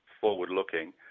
forward-looking